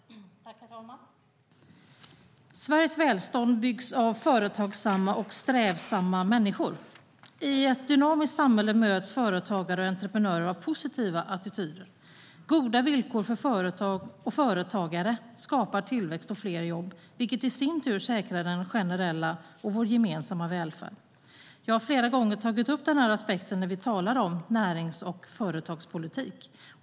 Herr talman! Sveriges välstånd byggs av företagsamma och strävsamma människor. I ett dynamiskt samhälle möts företagare och entreprenörer av positiva attityder. Goda villkor för företag och företagare skapar tillväxt och fler jobb, vilket i sin tur säkrar den generella och gemensamma välfärden. Jag har flera gånger tagit upp denna aspekt när vi talar om närings och företagspolitik.